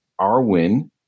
Arwin